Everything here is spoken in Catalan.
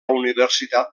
universitat